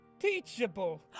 teachable